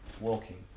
walking